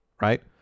Right